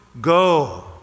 go